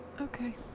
Okay